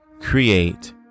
create